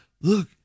Look